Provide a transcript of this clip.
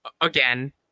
again—